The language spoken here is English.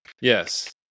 Yes